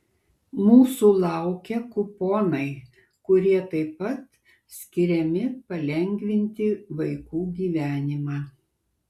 mūsų laukia kuponai kurie taip pat skiriami palengvinti vaikų gyvenimą